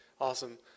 Awesome